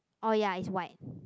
oh ya is white